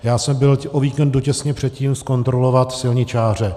Já jsem byl o víkendu těsně předtím zkontrolovat silničáře.